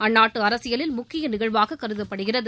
அந்நாட்டு அரசியலில் முக்கிய நிகழ்வாக கருதப்படுகிறது